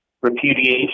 repudiation